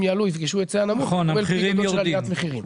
יעלו יפגעו היצע נמוך נקבל --- של העלאת מחירים.